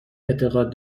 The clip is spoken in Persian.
اعتقاد